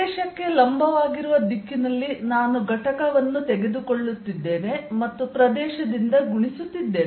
ಪ್ರದೇಶಕ್ಕೆ ಲಂಬವಾಗಿರುವ ದಿಕ್ಕಿನಲ್ಲಿ ನಾನು ಘಟಕವನ್ನು ತೆಗೆದುಕೊಳ್ಳುತ್ತಿದ್ದೇನೆ ಮತ್ತು ಪ್ರದೇಶದಿಂದ ಗುಣಿಸುತ್ತಿದ್ದೇನೆ